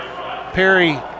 Perry